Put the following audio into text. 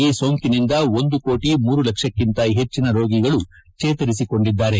ಈ ಸೋಂಕಿನಿಂದ ಒಂದು ಕೋಟಿ ಮೂರು ಲಕ್ಷಕ್ಕಿಂತ ಹೆಚ್ಚಿನ ರೋಗಿಗಳು ಚೇತರಿಸಿಕೊಂಡಿದ್ದಾರೆ